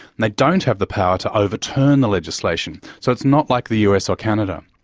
they don't have the power to overturn the legislation, so it's not like the us or canada.